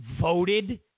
Voted